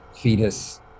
fetus